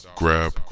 grab